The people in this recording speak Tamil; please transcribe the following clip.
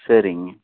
சரிங்